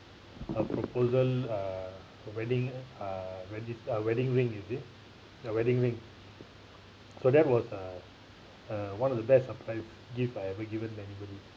a proposal uh wedding regis~ uh wedding ring you see ya wedding ring so that was uh uh one of the best surprise gift I ever given to anybody